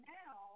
now